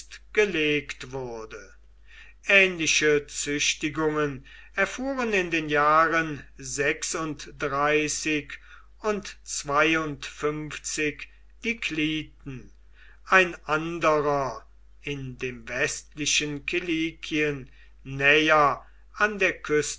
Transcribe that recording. gelegt wurde ähnliche züchtigungen erfuhren in den jahren sechsunddreißig und die kliten ein anderer in dem westlichen kilikien näher an der küste